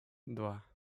два